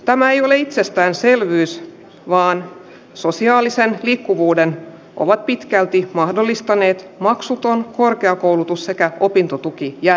tämä ei ole itsestäänselvyys vaan sosiaalisen liikkuvuuden ovat pitkälti mahdollistaneet maksuton korkeakoulutus sekä opintotuki ja